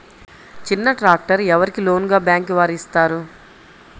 చిన్న ట్రాక్టర్ ఎవరికి లోన్గా బ్యాంక్ వారు ఇస్తారు?